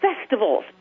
festivals